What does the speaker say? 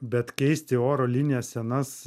bet keisti oro linijas senas